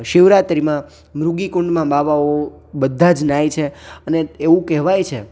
શિવરાત્રીમાં મૃગીકુંડમાં બાવાઓ બધા જ ન્હાય છે અને એવું કહેવાય છે